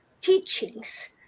teachings